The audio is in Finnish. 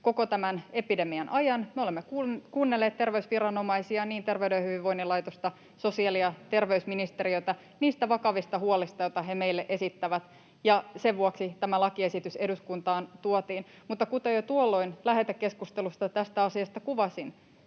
koko tämän epidemian ajan. Me olemme kuunnelleet terveysviranomaisia, niin Terveyden ja hyvinvoinnin laitosta kuin sosiaali- ja terveysministeriötä, niistä vakavista huolista, joita he meille esittävät, ja sen vuoksi tämä lakiesitys eduskuntaan tuotiin. Mutta kuten jo tuolloin lähetekeskustelussa tätä asiaa kuvasin,